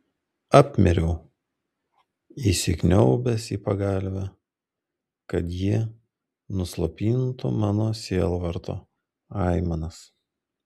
apmiriau įsikniaubęs į pagalvę kad ji nuslopintų mano sielvarto aimanas